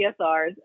CSRs